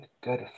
good